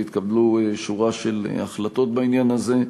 והתקבלו שורה של החלטות בעניין הזה,